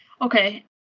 Okay